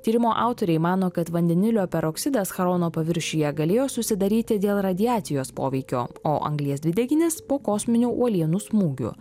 tyrimo autoriai mano kad vandenilio peroksidas charono paviršiuje galėjo susidaryti dėl radiacijos poveikio o anglies dvideginis po kosminių uolienų smūgių